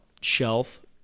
shelf